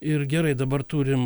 ir gerai dabar turim